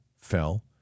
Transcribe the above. fell